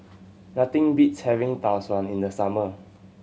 nothing beats having Tau Suan in the summer